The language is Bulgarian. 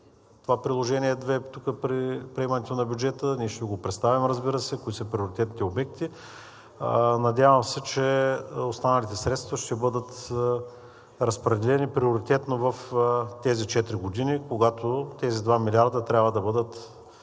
това приложение № 2 при приемането на бюджета. Ние ще го представим, разбира се, кои са приоритетните обекти. Надявам се, че останалите средства ще бъдат разпределени приоритетно в тези четири години, когато тези два милиарда трябва да бъдат